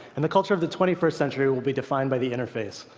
and the culture of the twenty first century will be defined by the interface.